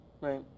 right